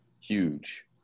huge